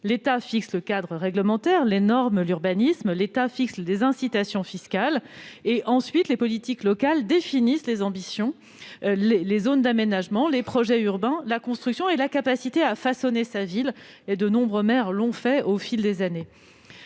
L'État fixe le cadre réglementaire, les normes d'urbanisme et les incitations fiscales. Les collectivités locales définissent ensuite les ambitions, les zones d'aménagement, les projets urbains, la construction et la capacité à façonner la ville. De nombreux maires l'ont fait au fil des années.